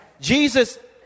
Jesus